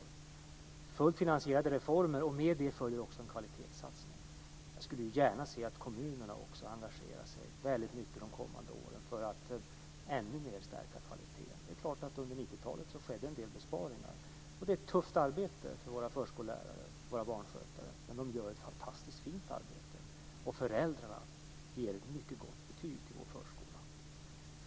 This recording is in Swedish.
Det är fullt finansierade reformer. Med detta följer också en kvalitetssatsning. Jag skulle gärna se att kommunerna också engagerade sig väldigt mycket under de kommande åren för att ännu mer stärka kvaliteten. Under 1990-talet skedde en del besparingar. Det är ett tufft arbete för våra förskollärare och våra barnskötare, men de gör ett fantastiskt fint arbete. Föräldrarna ger ett mycket gott betyg till vår förskola.